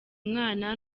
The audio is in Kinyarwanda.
mwana